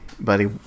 Buddy